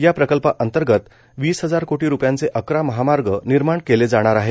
याप्रकल्पांतर्गत वीस हजार कोटी रुपयांचे अकरा महामार्ग निर्माण केली जाणार आहेत